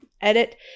Edit